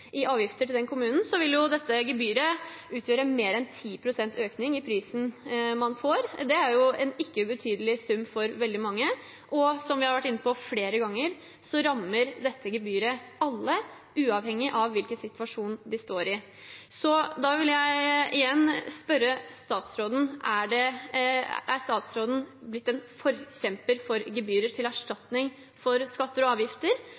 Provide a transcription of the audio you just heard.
i avgifter til kommunen, så vil dette gebyret utgjøre mer enn 10 pst. økning i prisen man får – en ikke ubetydelig sum for veldig mange. Og, som vi har vært inne på flere ganger, dette gebyret rammer alle, uavhengig av hvilken situasjon de står i. Jeg vil igjen spørre statsråden: Har statsråden blitt en forkjemper for gebyrer til erstatning for skatter og avgifter?